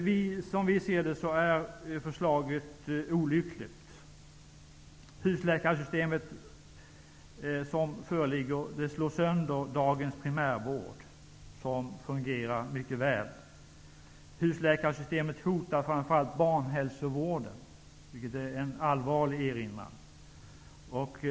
Förslaget är olyckligt. Förslaget om husläkarsystemet slår sönder dagens mycket väl fungerande primärvård. Husläkarsystemet hotar framför allt barnhälsovården, vilket är en allvarlig erinran.